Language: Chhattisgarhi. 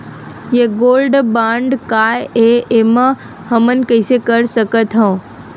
ये गोल्ड बांड काय ए एमा हमन कइसे कर सकत हव?